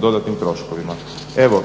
dodatnim troškovima. Evo